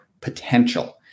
potential